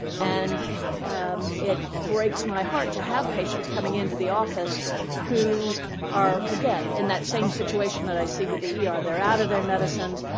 and it breaks my heart to have patients coming into the office who are, again, in that same situation that i see with the er. they're out of their medicines.